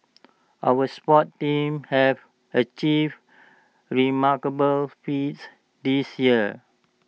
our sports teams have achieved remarkable feats this year